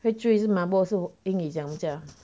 会醉是 mabuk 英语怎样讲啊